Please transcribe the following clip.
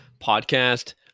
podcast